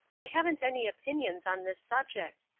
i haven't any opinions on this subject.